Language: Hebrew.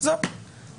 בעולם שאני מכיר,